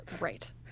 Right